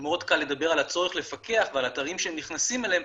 ומאוד קל לדבר על הצורך לפקח ועל אתרים שהם נכנסים אליהם,